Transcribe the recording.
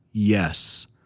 yes